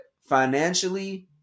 financially